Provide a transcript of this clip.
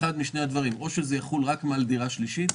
אני רוצה אחד משני הדברים: או שזה יחול רק מעל דירה שלישית,